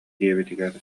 диэбитигэр